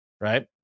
right